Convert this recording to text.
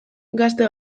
gazte